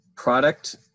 product